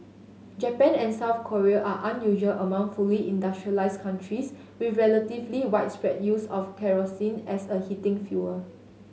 Japan and South Korea are unusual among fully industrialised countries with relatively widespread use of kerosene as a heating fuel